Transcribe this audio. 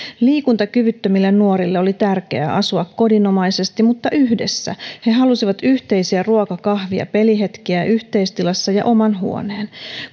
liikuntakyvyttömille nuorille oli tärkeää asua kodinomaisesti mutta yhdessä he he halusivat yhteisiä ruoka kahvi ja pelihetkiä yhteistilassa ja oman huoneen